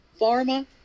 pharma